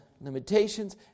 limitations